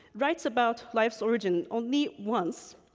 writes about life's origin only once,